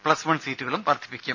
plus one സീറ്റുകളും വർധിപ്പിക്കും